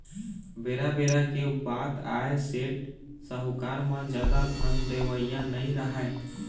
बेरा बेरा के बात आय सेठ, साहूकार म जादा धन देवइया नइ राहय